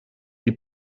die